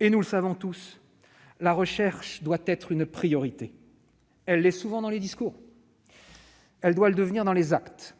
nous le savons tous, la recherche doit être une priorité. Elle l'est souvent dans les discours, elle doit le devenir dans les actes.